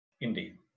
Indeed